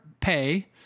pay